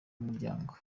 umuryango